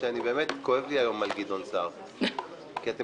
באמת כואב לי היום על גדעון סער כי אתם